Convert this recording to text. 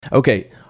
Okay